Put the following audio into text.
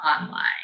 online